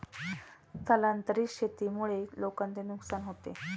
स्थलांतरित शेतीमुळे लोकांचे नुकसान होते